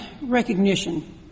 recognition